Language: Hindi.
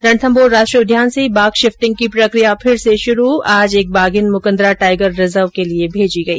रणथम्भौर राष्ट्रीय उद्यान से बाघ शिफ्टिंग की प्रक्रिया फिर से शुरू आज एक बाघिन मुकन्दरा टाइगर रिजर्व के लिए भेजी गई